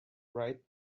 right